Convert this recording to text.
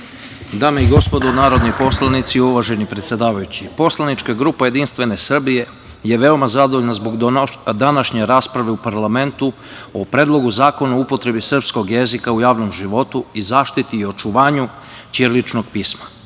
i gospodo narodni poslanici, uvaženi predsedavajući, poslanička grupa JS je veoma zadovoljna zbog današnje rasprave u parlamentu o Predlogu zakona o upotrebi srpskog jezika u javnom životu i zaštiti i očuvanju ćiriličnog pisma.